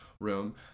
room